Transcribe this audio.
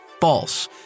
false